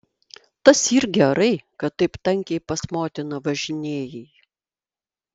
tas yr gerai kad taip tankiai pas motiną važinėjai